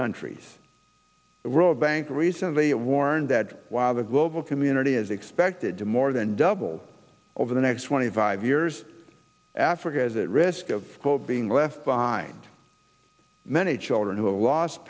countries the world bank recently it warned that while the global community is expected to more than double over the next twenty five years africa is at risk of being left behind many children who